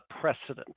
precedent